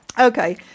Okay